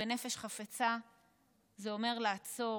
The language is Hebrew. ונפש חפצה זה אומר לעצור.